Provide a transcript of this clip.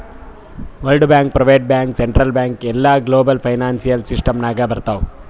world bank, private bank, central bank ಎಲ್ಲಾ global financial system ನಾಗ್ ಬರ್ತಾವ್